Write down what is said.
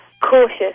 cautious